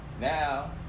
now